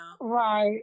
Right